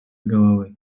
головы